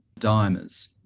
dimers